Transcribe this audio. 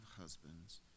husbands